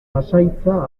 pasahitza